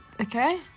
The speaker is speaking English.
Okay